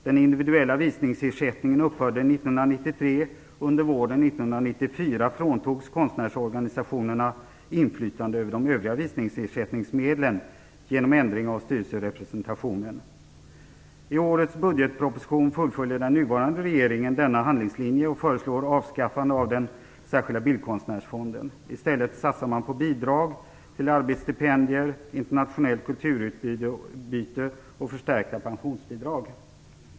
Den individuella visningsersättningen upphörde 1993, och under våren 1994 fråntogs konstnärsorganisationerna inflytandet över de övriga visningsersättningsmedlen genom en ändring i styrelserepresentationen. I årets budgetproposition fullföljer den nuvarande regeringen denna handlingslinje och föreslår avskaffande av den särskilda bildkonstnärsfonden. I stället satsar man på bidrag till arbetsstipendier, internationellt kulturutbyte och förstärkta pensionsbidrag.